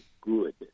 good